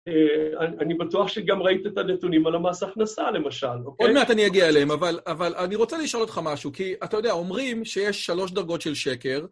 אני בטוח שגם ראית את הנתונים על המס הכנסה, למשל, אוקיי? עוד מעט אני אגיע אליהם, אבל אני רוצה לשאול אותך משהו, כי, אתה יודע, אומרים שיש שלוש דרגות של שקר,